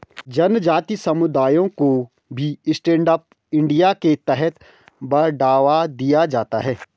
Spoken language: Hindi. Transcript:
जनजाति समुदायों को भी स्टैण्ड अप इंडिया के तहत बढ़ावा दिया जाता है